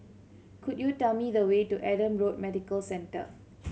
could you tell me the way to Adam Road Medical Centre